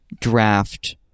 draft